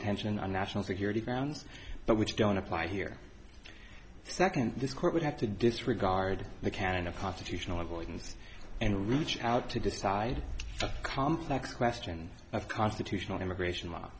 attention on national security grounds but which don't apply here second this court would have to disregard the canon of constitutional avoidance and reach out to decide a complex question of constitutional immigration law